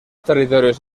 territorios